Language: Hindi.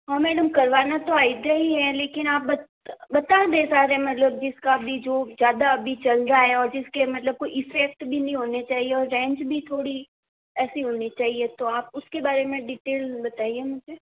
हाँ मैडम करवाना तो हाइड्रा ही है लेकिन आप बता दें सारे मतलब जिसका भी जो ज़्यादा अभी चल रहा है और जिसके मतलब कोई इफ़ेक्ट भी नहीं होने चाहिए और रेंज भी थोड़ी ऐसी होनी चाहिए तो आप उसके बारे में डिटेल बताइए मुझे